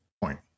point